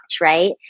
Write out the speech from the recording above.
Right